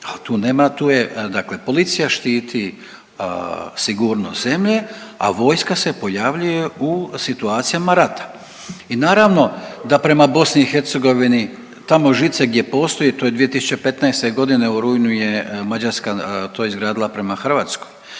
dakle policija štiti sigurnost zemlje, a vojska se pojavljuje u situacijama rata i naravno da prema BiH, tamo žice gdje postoje, to je 2015. g. u rujnu je Mađarska to izgradila prema Hrvatskoj,